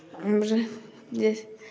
आओर जइसे